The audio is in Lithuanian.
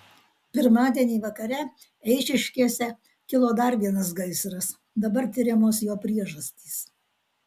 pirmadienį vakare eišiškėse kilo dar vienas gaisras dabar tiriamos jo priežastys